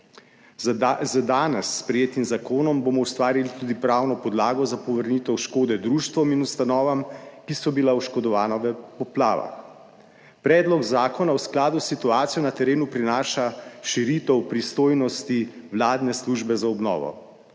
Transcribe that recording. Z danes sprejetim zakonom bomo ustvarili tudi pravno podlago za povrnitev škode društvom in ustanovam, ki so bila oškodovana v poplavah. Predlog zakona v skladu s situacijo na terenu prinaša širitev pristojnosti vladne službe za obnovo.